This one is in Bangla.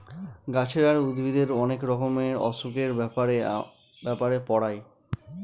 গাছের আর উদ্ভিদের অনেক রকমের অসুখের ব্যাপারে পড়ায়